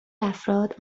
افراد